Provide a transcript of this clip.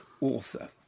author